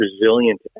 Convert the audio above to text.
resilient